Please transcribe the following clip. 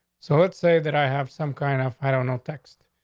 so let's say that i have some kind of, i don't know, text.